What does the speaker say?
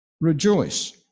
Rejoice